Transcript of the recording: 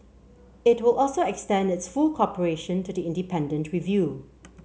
it will also extend its full cooperation to the independent review